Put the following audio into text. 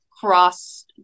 cross